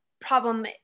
problem